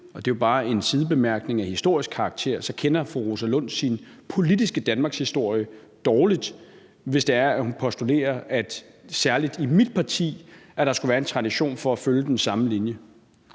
og det er jo bare en sidebemærkning af historisk karakter – kender fru Rosa Lund sin politiske danmarkshistorie dårligt, hvis hun postulerer, at der særlig i mit parti skulle være en tradition for at følge den samme linje.